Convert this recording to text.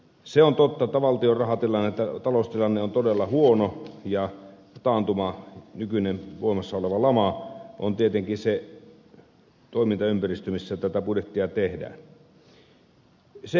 se on totta että valtion taloustilanne on todella huono ja taantuma nykyinen voimassaoleva lama on tietenkin se toimintaympäristö missä tätä budjettia tehdään